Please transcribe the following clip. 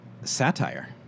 satire